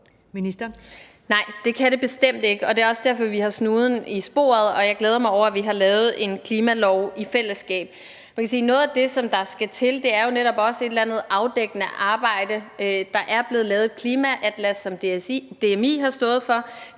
det kan det bestemt ikke. Det er også derfor, vi har snuden i sporet, og jeg glæder mig over, at vi har lavet en klimalov i fællesskab. Man kan sige, at noget af det, der skal til, netop er et eller andet afdækkende arbejde. Der er blevet lavet et klimaatlas, som DMI har stået for.